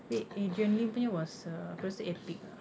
wait adrian lim punya was a aku rasa epic ah